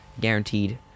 guaranteed